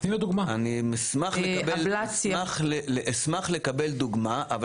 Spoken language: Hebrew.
אני אשמח לקבל דוגמה.